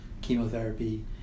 chemotherapy